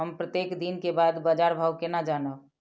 हम प्रत्येक दिन के बाद बाजार भाव केना जानब?